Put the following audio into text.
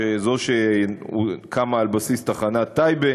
זו שקמה על בסיס תחנת טייבה,